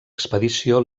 expedició